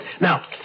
Now